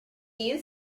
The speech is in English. you